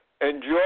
enjoy